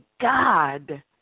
God